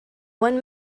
one